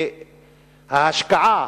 וההשקעה,